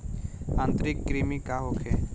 आंतरिक कृमि का होखे?